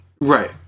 right